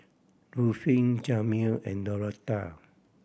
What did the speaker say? Ruffin Jameel and Dorotha